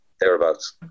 thereabouts